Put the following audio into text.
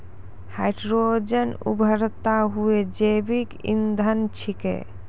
hydrogen उभरता हुआ जैविक इंधन छिकै